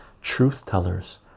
truth-tellers